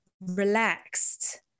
relaxed